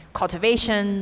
cultivation